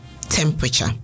temperature